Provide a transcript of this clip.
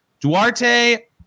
Duarte